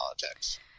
politics